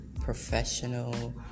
professional